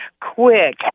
quick